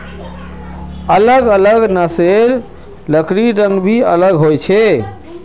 अलग अलग नस्लेर लकड़िर रंग भी अलग ह छे